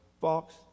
fox